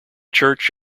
church